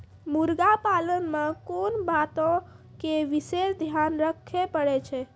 मुर्गी पालन मे कोंन बातो के विशेष ध्यान रखे पड़ै छै?